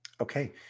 Okay